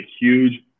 huge